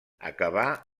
acabà